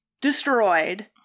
destroyed